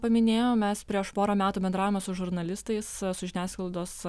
paminėjo mes prieš porą metų bendravimo su žurnalistais su žiniasklaidos